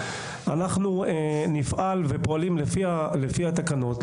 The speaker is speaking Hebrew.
אנחנו פועלים ונפעל לפני התקנות,